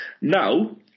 Now